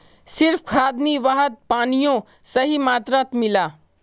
सिर्फ खाद नी वहात पानियों सही मात्रात मिला